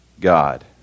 God